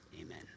amen